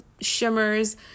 shimmers